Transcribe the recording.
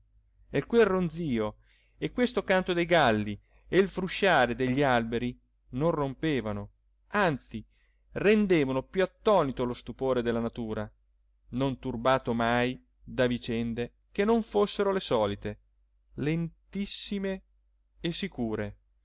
e quel ronzio e questo canto dei galli e il frusciare degli alberi non rompevano anzi rendevano più attonito lo stupore della natura non turbato mai da vicende che non fossero le solite lentissime e sicure